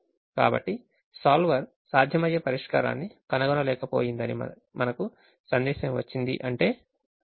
కాబట్టి సోల్వర్ సాధ్యమయ్యే పరిష్కారాన్ని కనుగొనలేకపోయింది అని మనకు సందేశం వచ్చింది అంటే ఇచ్చిన సమస్య అసాధ్యమని అర్థం